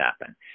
happen